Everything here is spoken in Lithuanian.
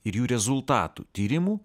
ir jų rezultatų tyrimų